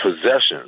possessions